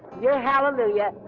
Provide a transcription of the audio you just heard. your hallelujah.